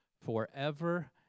forever